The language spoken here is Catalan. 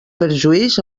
perjuís